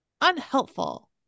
Unhelpful